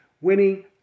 winning